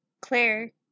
Claire